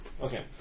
Okay